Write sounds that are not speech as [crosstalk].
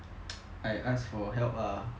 [noise] I asked for help lah